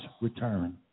return